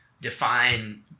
define